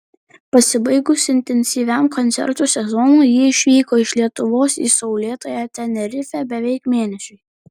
pasibaigus intensyviam koncertų sezonui ji išvyko iš lietuvos į saulėtąją tenerifę beveik mėnesiui